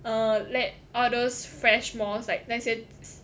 err let all those fresh mores like let's say